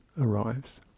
arrives